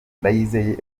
ndayizeye